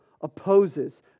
opposes